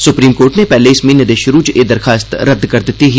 supreme court नै पैहलें इस म्हीने दे शुरू च ए दरख्वास्त रद्द करी दित्ती ही